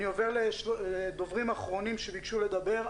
אני עובר לדוברים אחרונים שביקשו לדבר.